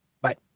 Bye